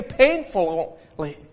painfully